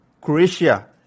Croatia